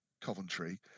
Coventry